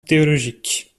théologique